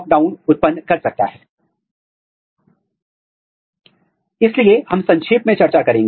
तो in situ संकरण में अभी अभी हमने चर्चा की है वहाँ आप केवल जीन या आरएनए के एंडोजीनस अभिव्यक्ति पैटर्न का पता लगा रहे हैं